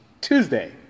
Tuesday